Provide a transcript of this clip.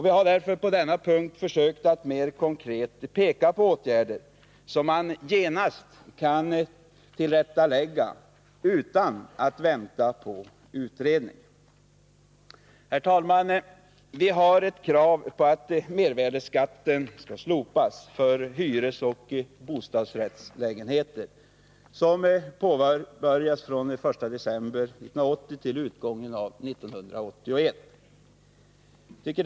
Vi har därför på denna punkt försökt att mer konkret visa på åtgärder som man genast kan vidta utan att vänta på utredning. Herr talman! Vi har ett krav på att mervärdeskatten slopas för hyresoch bostadsrättslägenheter som börjar byggas under tiden 1 december 1980 — utgången av 1981.